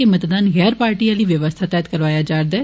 एह मतदान गैर पार्टी आली व्यवस्था तैहत करोआया जा रदा ऐ